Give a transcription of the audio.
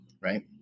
right